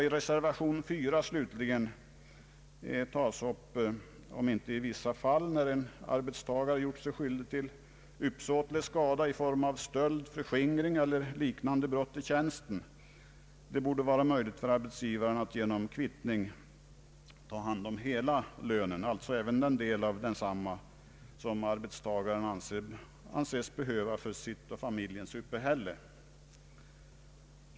I reservation 4, slutligen, tas upp frågan om inte i vissa fall, när en arbetstagare gjort sig skyldig till uppsåtlig skada i form av stöld, förskingring eller liknande brott i tjänsten, det borde vara möjligt för arbetsgivaren att genom kvittning ta hand om hela lönen, alltså även den del av densamma, som arbetstagaren anses behöva för sitt och familjens uppehälle.